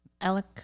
alec